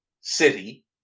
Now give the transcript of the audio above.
City